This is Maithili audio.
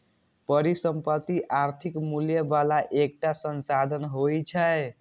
परिसंपत्ति आर्थिक मूल्य बला एकटा संसाधन होइ छै